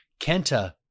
Kenta